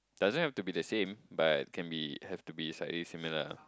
doesn't have to be the same but can be have to be slightly similar lah